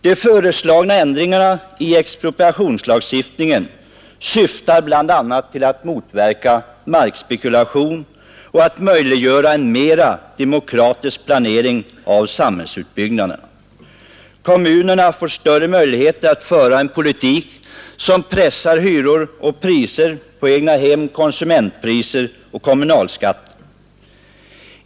De föreslagna ändringarna i expropriationslagstiftningen syftar bl.a. till att motverka markspekulation och att möjliggöra en mera demokratisk planering av samhällsutbyggnaden. Kommunerna får större möjligheter att föra en politik som pressar hyror och priser på egnahem, konsumentpriser och kommunalskatter.